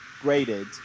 graded